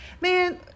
Man